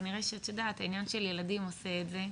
כנראה שאת יודעת, העניין של ילדים עושה את זה.